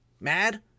mad